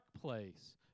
place